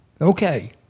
okay